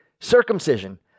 circumcision